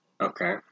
Okay